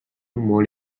molt